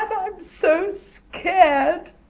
so scared!